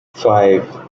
five